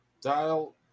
Dial